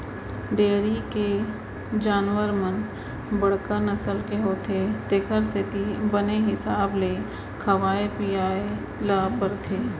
dairy के जानवर मन बड़का नसल के होथे तेकर सेती बने हिसाब ले खवाए पियाय ल परथे